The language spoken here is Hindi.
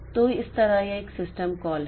तो इस तरह यह एक सिस्टम कॉल है